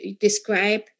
describe